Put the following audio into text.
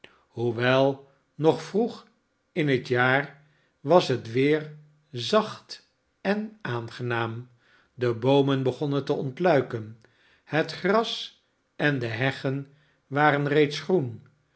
hoewel nog vroeg in het jaar was het weer zacht en aangenaam de boomen begonnen te ontluiken het gras endeheggen ivaren reeds groen